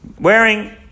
Wearing